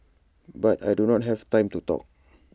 but I do not have time to talk